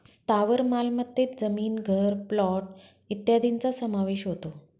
स्थावर मालमत्तेत जमीन, घर, प्लॉट इत्यादींचा समावेश होतो